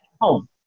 home